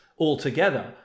altogether